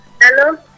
Hello